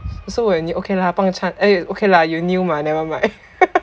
so when you okay lah pang chance eh okay lah you new mah never mind